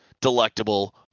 delectable